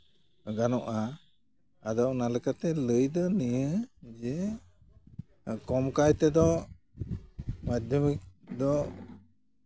ᱜᱟᱱᱚᱜᱼᱟ ᱟᱫᱚ ᱚᱱᱟ ᱞᱮᱠᱟᱛᱮ ᱞᱟᱹᱭ ᱫᱚ ᱱᱤᱭᱟᱹ ᱡᱮ ᱠᱚᱢ ᱠᱟᱭ ᱛᱮᱫᱚ ᱢᱟᱫᱽᱫᱷᱚᱢᱤᱠ ᱫᱚ